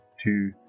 two